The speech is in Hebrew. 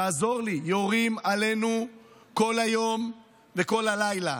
תעזור לי, יורים עלינו כל היום וכל הלילה.